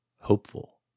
hopeful